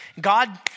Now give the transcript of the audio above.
God